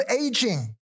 aging